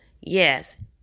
yes